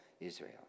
Israel